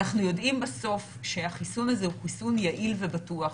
אנחנו יודעים בסוף שהחיסון הזה הוא חיסון יעיל ובטוח.